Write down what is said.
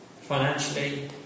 Financially